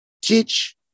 teach